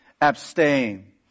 abstain